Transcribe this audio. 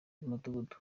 cy’umudugudu